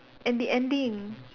and the ending